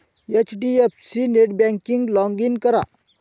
HDFC नेटबँकिंगवर log in करा